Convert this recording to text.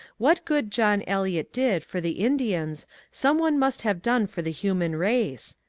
what good john eliot did for the indians some one must have done for the human race.